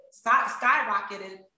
skyrocketed